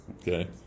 Okay